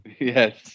Yes